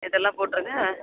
இதெல்லாம் போட்டுருங்க